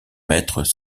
maîtres